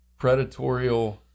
predatorial